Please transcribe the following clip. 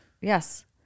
yes